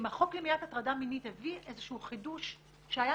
אם החוק למניעת הטרדה מינית הביא איזשהו חידוש שהיה